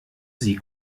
sie